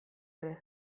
ere